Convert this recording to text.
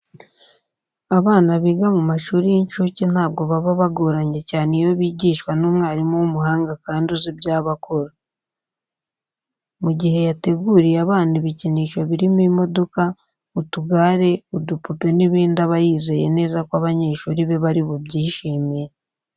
Abana biga mu mashuri y'incuke ntabwo baba bagoranye cyane iyo bigishwa n'umwarimu w'umuhanga kandi uzi ibyo aba akora. Mu gihe yateguriye abana ibikinisho birimo imodoka, utugare, udupupe n'ibindi aba yizeye neza ko abanyeshuri be bari bubyishimire.